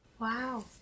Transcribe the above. Wow